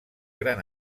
gran